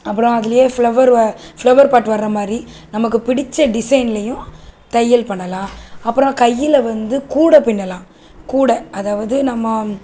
அப்புறம் அதுலையே ஃப்ளவர் வ ஃப்ளவர் பாட் வர்றமாதிரி நமக்கு பிடிச்ச டிசைன்லையும் தையல் பண்ணலாம் அப்புறம் கையில் வந்து கூட பின்னலாம் கூட அதாவது நம்ம